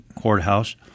courthouse